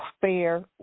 fair